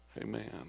Amen